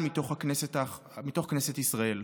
ושם עברה ניתוח ארוך עד אשר התייצב מצבה.